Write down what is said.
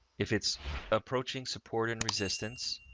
if it's approaching support and resistance,